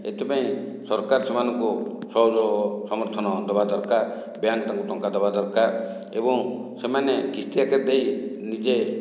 ଏଥିପାଇଁ ସରକାର ସେମାନଙ୍କୁ ସହଯୋଗ ସମର୍ଥନ ଦବା ଦରକାର ବ୍ୟାଙ୍କ୍ ତାଙ୍କୁ ଟଙ୍କା ଦେବା ଦରକାର ଏବଂ ସେମାନେ କିସ୍ତି ଆକାରରେ ଦେଇ ନିଜେ